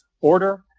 order